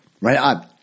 right